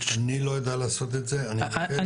אני לא יודע לעשות את זה, אני מבקש.